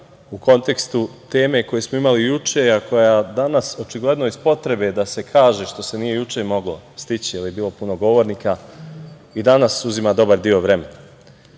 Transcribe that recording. u kontekstu teme koju smo imali juče, a koja danas očigledno iz potrebe da se kaže što se juče nije moglo stići, jer je bilo puno govornika, i danas uzima dobar deo vremena. Ali,